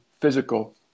physical